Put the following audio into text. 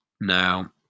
Now